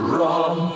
Wrong